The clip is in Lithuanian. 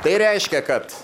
tai reiškia kad